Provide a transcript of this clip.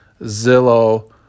Zillow